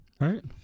Right